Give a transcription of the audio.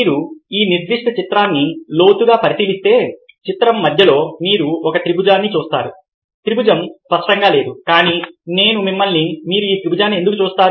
మీరు ఈ నిర్దిష్ట చిత్రాన్ని లోతుగా పరిశీలిస్తే చిత్రం మధ్యలో మీరు ఒక త్రిభుజాన్ని చూస్తారు త్రిభుజం స్పష్టంగా లేదు కానీ నేను మిమ్మల్ని మీరు ఈ త్రిభుజాన్ని ఎందుకు చూస్తారు